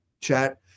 chat